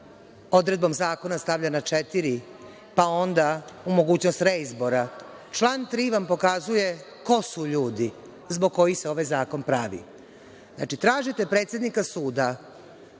odredbom zakona, stavlja na četiri pa onda u mogućnost reizbora, član 3. vam pokazuje ko su ljudi zbog kojih se ovaj zakon pravi. Znači, tražite predsednika suda